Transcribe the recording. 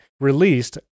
released